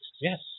Yes